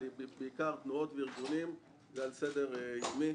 בעיקר תנועות וארגונים הוא על סדר יומי.